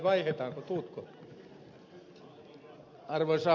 arvoisa herra puhemies